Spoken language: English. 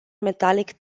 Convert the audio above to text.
metallic